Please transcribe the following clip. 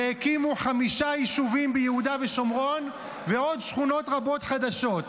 והקימו חמישה יישובים ביהודה ושומרון ועוד שכונות רבות חדשות.